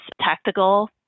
tactical